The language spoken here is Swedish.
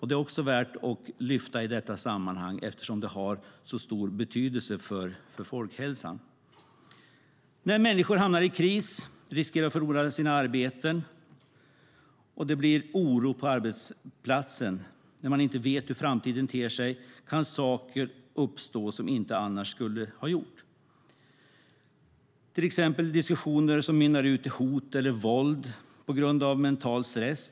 Det är också värt att lyfta fram i detta sammanhang eftersom det har stor betydelse för folkhälsan. När människor hamnar i kris, riskerar att förlora sina arbeten och det blir oro på arbetsplatsen, när man inte vet hur framtiden ter sig, kan saker uppstå som inte annars skulle ha gjort det, till exempel diskussioner som mynnar ut i hot eller våld på grund av mental stress.